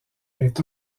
est